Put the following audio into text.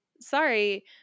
sorry